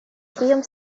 tiom